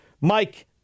Mike